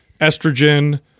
estrogen